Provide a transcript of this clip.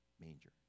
manger